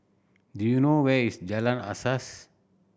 do you know where is Jalan Asas